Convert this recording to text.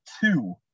two